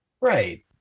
Right